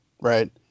right